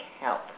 help